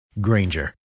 Granger